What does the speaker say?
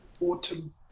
autumn